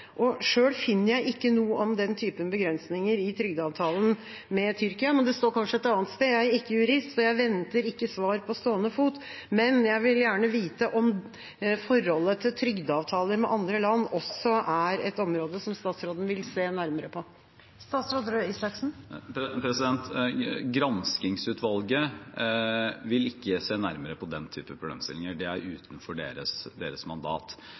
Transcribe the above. finner jeg ikke noe om den typen begrensninger i trygdeavtalen med Tyrkia, men det står kanskje et annet sted. Jeg er ikke jurist, og jeg venter ikke svar på stående fot, men jeg vil gjerne vite om forholdet til trygdeavtaler med andre land også er et område som statsråden vil se nærmere på. Granskingsutvalget vil ikke se nærmere på den typen problemstillinger. Det er utenfor deres mandat.